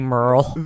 Merle